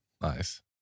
Nice